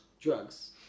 drugs